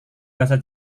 bahasa